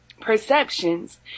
perceptions